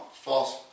false